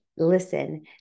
listen